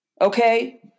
okay